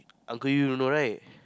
uncle you don't know right